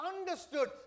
understood